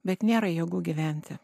bet nėra jėgų gyventi